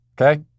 Okay